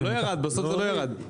אבל בסוף זה לא ירד.